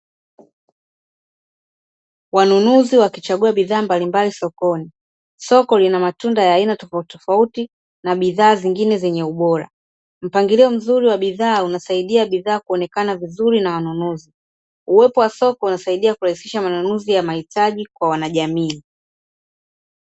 Wanunuzi wakichagua bidhaa mbalimbali sokoni. Soko lina matunda ya aina tofautitofauti na bidhaa zingine zenye ubora. Mpangilio mzuri wa bidhaa unasaidia bidhaa kuonekana vizuri na wanunuzi. Uwepo wa soko unasaidia kurahisisha manunuzi ya mahitaji kwa wanajamii.